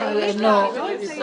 משאית לפינוי פסולת,